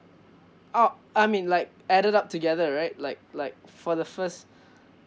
oh I mean like added up together right like like for the first